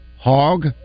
Hog